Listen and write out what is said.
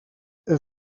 een